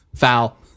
Foul